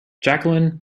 jacqueline